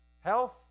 health